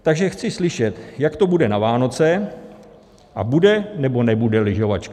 Takže chci slyšet, jak to bude na Vánoce, a bude, nebo nebude lyžovačka?